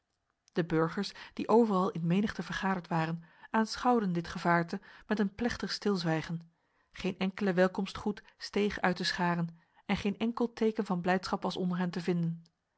de burgers die overal in menigte vergaderd waren aanschouwden dit gevaarte met een plechtig stilzwijgen geen enkele welkomstgroet steeg uit de scharen en geen enkel teken van blijdschap was onder hen te vinden